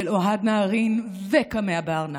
של אוהד נהרין וקמע בארנק,